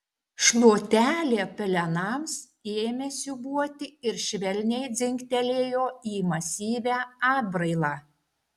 šluotelė pelenams ėmė siūbuoti ir švelniai dzingtelėjo į masyvią atbrailą